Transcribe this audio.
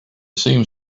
seemed